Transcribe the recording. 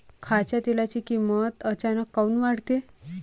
खाच्या तेलाची किमत अचानक काऊन वाढते?